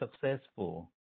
successful